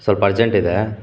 ಸ್ವಲ್ಪ ಅರ್ಜೆಂಟ್ ಇದೆ